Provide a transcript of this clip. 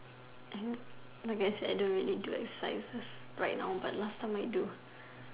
and I guess I don't really do exercises right now but last time I do